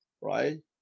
right